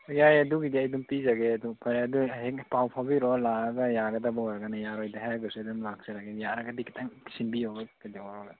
ꯑ ꯌꯥꯏ ꯑꯗꯨꯒꯤꯗꯤ ꯑꯩ ꯑꯗꯨꯝ ꯄꯤꯖꯒꯦ ꯑꯗꯨ ꯐꯔꯦ ꯑꯗꯨ ꯍꯦꯛ ꯄꯥꯎ ꯐꯥꯎꯕꯤꯔꯛꯑꯣ ꯂꯥꯛꯑꯒ ꯌꯥꯒꯗꯕ ꯑꯣꯏꯔꯒꯅ ꯌꯥꯔꯣꯏꯗ ꯍꯥꯏꯔꯒꯁꯨ ꯑꯗꯨꯝ ꯂꯥꯛꯆꯔꯒꯦ ꯌꯥꯔꯒꯗꯤ ꯈꯤꯇꯪ ꯁꯤꯟꯕꯤꯌꯣ ꯀꯩꯗꯧꯔꯒ